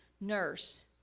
nurse